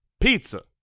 pizza